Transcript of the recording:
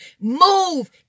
Move